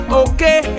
okay